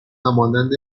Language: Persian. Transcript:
همانند